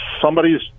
somebody's